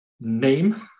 name